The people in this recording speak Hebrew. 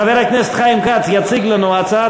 חבר הכנסת חיים כץ יציג לנו את הצעת